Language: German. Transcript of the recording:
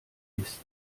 ist